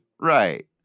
Right